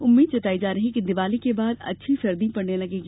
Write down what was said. उम्मीद जताई जा रही है कि दीवाली के बाद अच्छी सर्दी पड़ने लगेगी